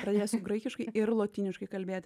pradėsiu graikiškai ir lotyniškai kalbėti